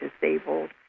disabled